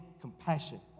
compassion